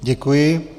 Děkuji.